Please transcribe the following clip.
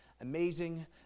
amazing